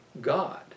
God